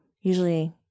Usually